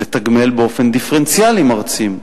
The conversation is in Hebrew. לתגמל באופן דיפרנציאלי מרצים,